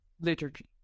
liturgy